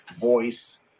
voice